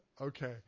Okay